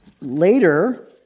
Later